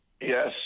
Yes